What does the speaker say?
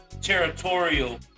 territorial